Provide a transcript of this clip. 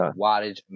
wattage